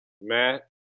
Matt